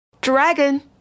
Dragon